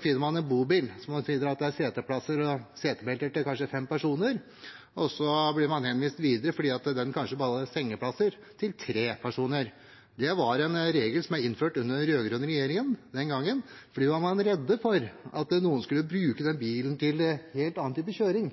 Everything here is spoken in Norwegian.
finner en bobil med seteplasser og setebelter til kanskje fem personer, og så blir man henvist videre fordi den kanskje bare har sengeplasser til tre personer. Det var en regel som ble innført under den rød-grønne regjeringen, fordi da var man redde for at noen skulle bruke den bilen til en helt annen type kjøring,